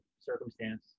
circumstance